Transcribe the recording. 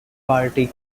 party